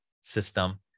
system